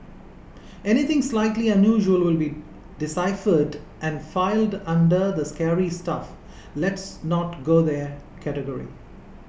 anything slightly unusual will be deciphered and filed under the scary stuff let's not go there category